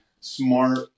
smart